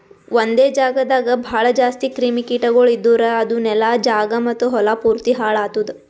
ಒಂದೆ ಜಾಗದಾಗ್ ಭಾಳ ಜಾಸ್ತಿ ಕ್ರಿಮಿ ಕೀಟಗೊಳ್ ಇದ್ದುರ್ ಅದು ನೆಲ, ಜಾಗ ಮತ್ತ ಹೊಲಾ ಪೂರ್ತಿ ಹಾಳ್ ಆತ್ತುದ್